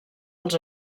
als